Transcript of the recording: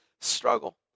struggle